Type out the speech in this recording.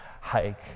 hike